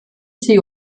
sie